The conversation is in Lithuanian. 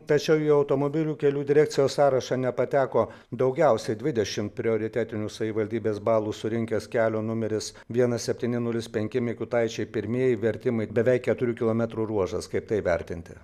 tačiau į automobilių kelių direkcijos sąrašą nepateko daugiausiai dvidešim prioritetinių savivaldybės balų surinkęs kelio numeris vienas septyni nulis penki mikutaičiai pirmieji vertimai beveik keturių kilometrų ruožas kaip tai vertinti